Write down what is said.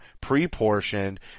pre-portioned